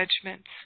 judgments